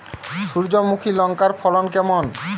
সূর্যমুখী লঙ্কার ফলন কেমন?